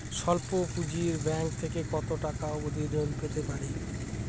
স্বল্প পুঁজির ব্যাংক থেকে কত টাকা অবধি ঋণ পেতে পারি?